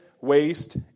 waste